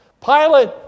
Pilate